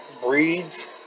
breeds